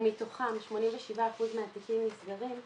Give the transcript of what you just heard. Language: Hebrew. ומתוכם 87% מהתיקים נסגרים.